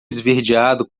esverdeado